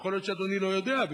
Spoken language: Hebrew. ויכול להיות שאדוני לא יודע,